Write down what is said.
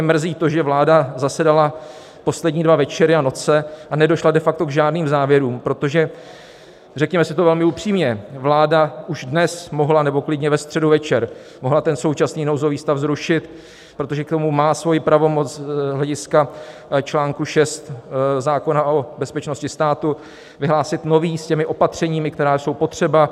Mrzí mě to, že vláda zasedala poslední dva večery a noci a nedošla de facto k žádným závěrům, protože řekněme si to velmi upřímně, vláda už dnes mohla, nebo klidně ve středu večer, mohla současný nouzový stav zrušit, protože k tomu má svoji pravomoc, z hlediska článku 6 zákona o bezpečnosti státu vyhlásit nový, s těmi opatřeními, která jsou potřeba.